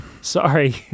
Sorry